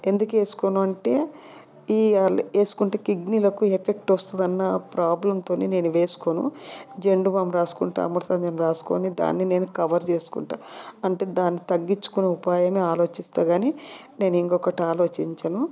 ఎందుకు వేసుకోను అంటే వేసుకుంటే కిడ్నీలకు ఎఫెక్ట్ వస్తుంది అన్న ప్రాబ్లంతోని నేను వేసుకోను జండు బాం రాసుకుంటా అమృతాంజన్ రాసుకొని దాన్ని నేను కవర్ చేసుకుంటా అంటే దాన్ని తగ్గించుకుని ఉపాయాన్ని ఆలోచిస్తే కాని నేను ఇంకొకటి ఆలోచించను